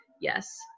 Yes